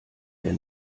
der